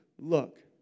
look